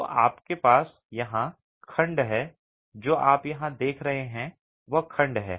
तो आपके पास यहाँ I खंड है जो आप यहाँ देख रहे हैं वह I खंड है